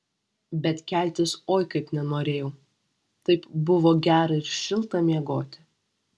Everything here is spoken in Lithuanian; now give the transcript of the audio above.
bet keltis oi kaip nenorėjau taip buvo gera ir šilta miegoti